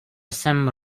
jsem